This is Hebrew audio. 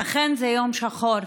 אכן זה יום שחור,